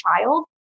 child